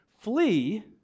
flee